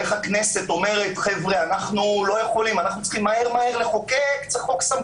אין כאן כל העברת סמכויות חקיקה מהרשות המחוקקת לרשות המבצעת.